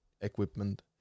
equipment